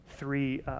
three